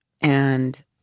And-